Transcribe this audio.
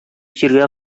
җиргә